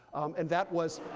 and that was